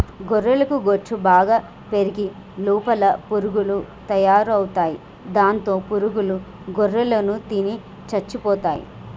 గొర్రెలకు బొచ్చు బాగా పెరిగి లోపల పురుగులు తయారవుతాయి దాంతో పురుగుల గొర్రెలను తిని చచ్చిపోతాయి